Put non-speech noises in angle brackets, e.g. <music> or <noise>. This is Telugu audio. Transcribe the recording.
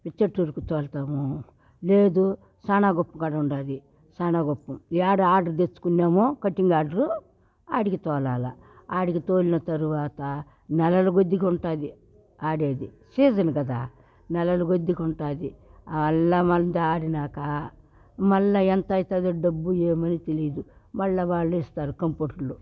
పిచ్చాటూరుకు తోలుతాము లేదు సానా గుప్ప కాడ ఉండాలి సానా గుప్పం ఎడ ఆర్డర్ తెచ్చుకున్నామో కటింగ్ ఆర్డర్ ఆడిగి తోలాల ఆడిగి తోలిన తర్వాత నెలలో కొద్ది ఉంటుంది వాడేది సీజన్ కదా నెలల కొద్ది ఉంటుంది <unintelligible> అంత ఆడినాక మళ్ల ఎంత అవుతాదో డబ్బు ఎంతవుతుందో తెలీదు మళ్ళా వాళ్ళు ఇస్తారు కంపూటర్లో